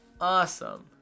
Awesome